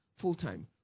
full-time